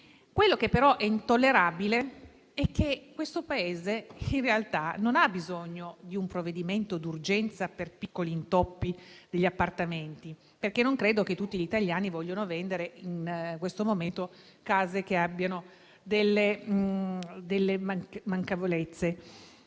Quello che però è intollerabile è che questo Paese, in realtà, non ha bisogno di un provvedimento d'urgenza per piccoli intoppi degli appartamenti, perché non credo che tutti gli italiani vogliano vendere, in questo momento, case che abbiano delle manchevolezze.